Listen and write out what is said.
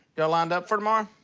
y'all lined up for tomorrow?